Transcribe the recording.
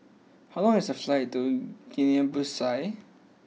how long is the flight to Guinea Bissau